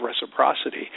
reciprocity